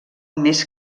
més